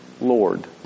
Lord